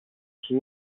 she